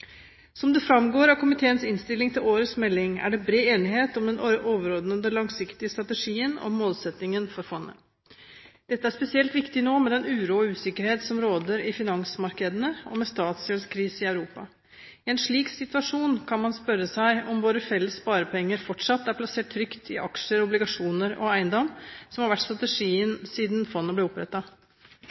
Som det framgår av komiteens innstilling til årets melding, er det bred enighet om den overordnede langsiktige strategien og målsettingen for fondet. Dette er spesielt viktig nå, med den uro og usikkerhet som råder i finansmarkedene, og med statsgjeldskrise i Europa. I en slik situasjon kan man spørre seg om våre felles sparepenger fortsatt er plassert trygt i aksjer, obligasjoner og eiendom, som har vært strategien siden fondet ble